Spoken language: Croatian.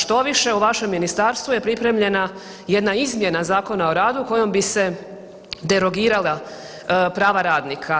Štoviše u vašem ministarstvu je pripremljena jedna izmjena Zakona o radu kojom bi se derogirala prava radnika.